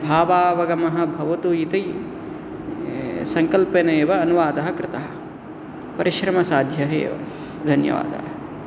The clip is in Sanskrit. भावावगमः भवतु इति सङ्कल्पेन एव अनुवादः कृतः परिश्रमसाध्यः एव धन्यवादाः